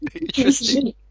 Interesting